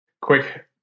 quick